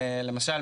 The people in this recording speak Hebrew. למשל,